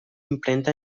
imprenta